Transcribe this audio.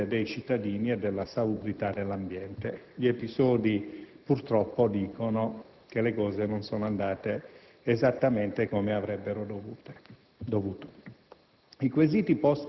della salute dei cittadini e della salubrità dell'ambiente. Gli episodi purtroppo dicono che le cose non sono andate esattamente come avrebbero dovuto.